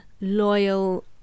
loyal